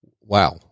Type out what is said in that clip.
Wow